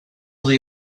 they